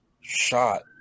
shot